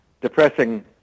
depressing